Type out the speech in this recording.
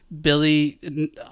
Billy